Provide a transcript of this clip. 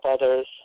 others